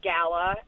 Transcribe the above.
Gala